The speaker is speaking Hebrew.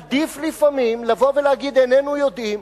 עדיף לפעמים לבוא ולהגיד איננו יודעים,